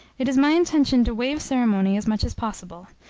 it is my intention to wave ceremony as much as possible.